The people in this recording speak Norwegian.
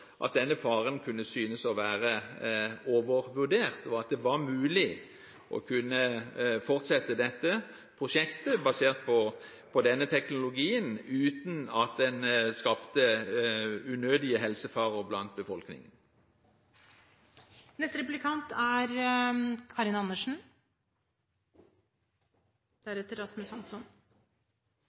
at denne faren kunne synes å være overvurdert, og at det var mulig å kunne fortsette dette prosjektet basert på denne teknologien uten at en skapte unødig helsefare blant